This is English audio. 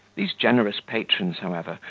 these generous patrons, however,